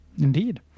Indeed